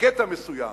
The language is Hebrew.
בקטע מסוים